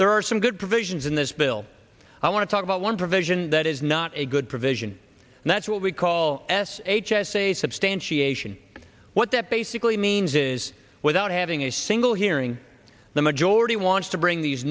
there are some good provisions in this bill i want to talk about one provision that is not a good provision and that's what we call s h s a substantiation what that basically means is without having a single hearing the majority wants to bring these